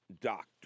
Doctor